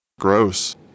gross